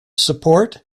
support